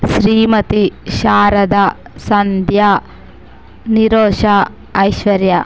Shrimati Sharada Sandhya Nirosha Aishwarya